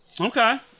Okay